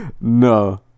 No